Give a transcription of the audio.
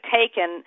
taken